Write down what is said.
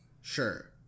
sure